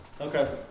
Okay